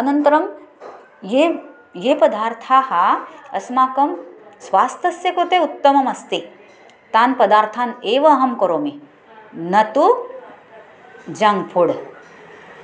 अनन्तरं ये ये पदार्थाः अस्माकं स्वास्थ्यस्य कृते उत्तममस्ति तान् पदार्थान् एव अहं करोमि न तु जङ्क् फ़ुड्